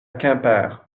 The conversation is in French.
quimper